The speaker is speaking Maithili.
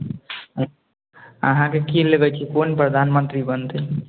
अहाँके की लगै छै कोन प्रधानमन्त्री बनतै